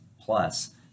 plus